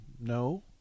no